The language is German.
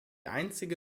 einzige